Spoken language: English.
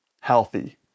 healthy